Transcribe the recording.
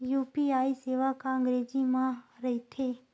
UPI सेवा का अंग्रेजी मा रहीथे?